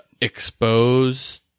expose